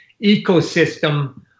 ecosystem